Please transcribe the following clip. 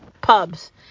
pubs